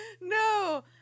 no